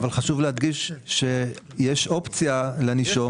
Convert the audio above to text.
אבל חשוב להדגיש שישנה אופציה לנישום